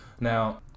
Now